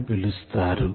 అని పిలుస్తారు